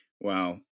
Wow